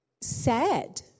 sad